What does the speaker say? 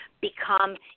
become